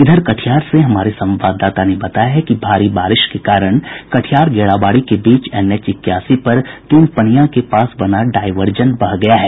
इधर कटिहार से हमारे संवाददाता ने बताया है कि भारी बारिश के कारण कटिहार गेड़ाबाड़ी के बीच एनएच इक्यासी पर तिनपनिया के पास बना डायर्वजन बह गया है